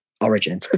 origin